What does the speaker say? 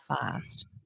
fast